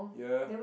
ya